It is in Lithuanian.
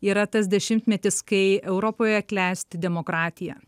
yra tas dešimtmetis kai europoje klesti demokratija